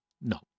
No